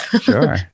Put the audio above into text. Sure